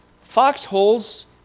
foxholes